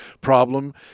problem